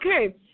Okay